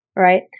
right